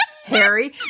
Harry